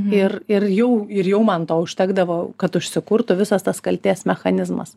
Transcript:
ir ir jau ir jau man to užtekdavo kad užsikurtų visas tas kaltės mechanizmas